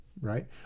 Right